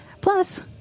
Plus